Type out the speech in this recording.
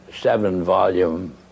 seven-volume